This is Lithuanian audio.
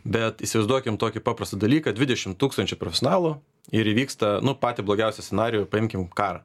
bet įsivaizduokim tokį paprastą dalyką dvidešim tūkstančių profesionalų ir įvyksta nu patį blogiausią scenarijų paimkim karą